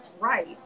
right